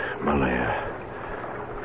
Malaya